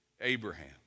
Abraham